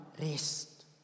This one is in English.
rest